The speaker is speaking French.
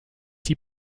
six